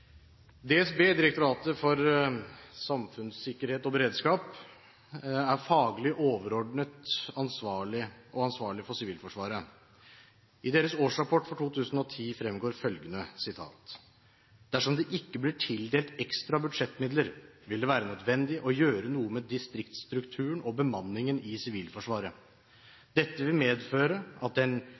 DSB – Direktoratet for samfunnssikkerhet og beredskap – er faglig overordnet og ansvarlig for Sivilforsvaret. I deres årsrapport for 2010 fremgår følgende: «Dersom det ikke blir tildelt ekstra budsjettmidler, vil det være nødvendig å gjøre noe med distriktsstrukturen og bemanningen i Sivilforsvaret. Dette vil medføre at den